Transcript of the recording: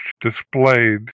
displayed